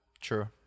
True